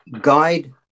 Guide